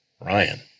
Ryan